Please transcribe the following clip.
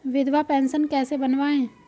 विधवा पेंशन कैसे बनवायें?